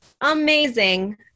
amazing